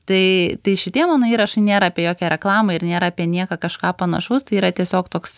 tai tai šitie mano įrašai nėra apie jokią reklamą ir nėra apie nieką kažką panašaus tai yra tiesiog toks